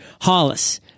Hollis